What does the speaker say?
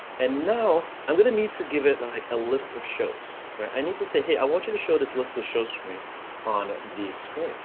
and now i'm gonna need to give it like a list of shows, right? i need to say hey, i want you to show this list of shows for me on the screen